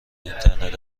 اینترنت